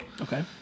okay